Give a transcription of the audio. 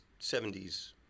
70s